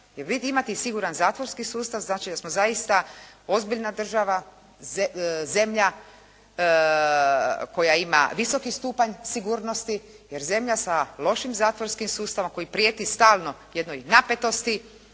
sustav. I imati siguran zatvorski sustav znači da smo zaista ozbiljna država. Zemlja koja ima visoki stupanj sigurnosti, jer zemlja sa lošim zatvorskim sustavom koji prijeti stalno jednoj napetosti